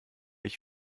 ich